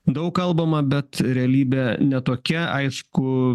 daug kalbama bet realybė ne tokia aišku